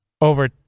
over